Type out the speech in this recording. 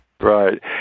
Right